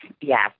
Yes